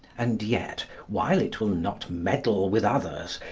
and yet while it will not meddle with others,